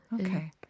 Okay